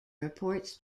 reports